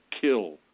kill